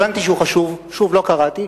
הבנתי שהוא חשוב ולא קראתי.